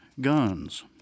guns